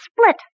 Split